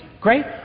Great